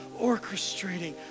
orchestrating